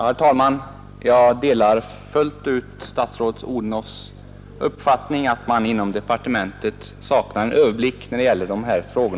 Herr talman! Jag delar fullt ut statsrådet Odhnoffs uppfattning om att man inom departementet saknar en tillräcklig överblick, när det gäller dessa frågor.